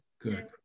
good